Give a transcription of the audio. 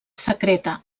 secreta